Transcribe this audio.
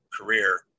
career